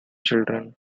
children